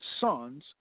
sons